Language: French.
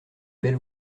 belle